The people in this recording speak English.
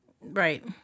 Right